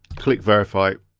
click verify.